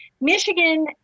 Michigan